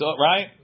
right